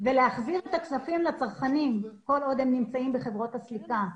ולהחזיר את הכספים לצרכנים כל עוד הם נמצאים בחברות הסליקה.